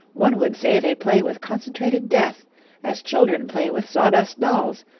one would say they play with concentrated death as children play with sawdust dolls,